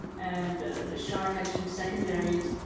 and shar mentioned secondaries,